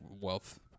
wealth